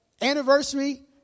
Anniversary